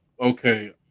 Okay